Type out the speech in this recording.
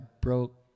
broke